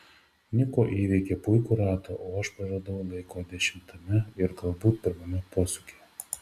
niko įveikė puikų ratą o aš praradau laiko dešimtame ir galbūt pirmame posūkyje